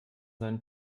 seinen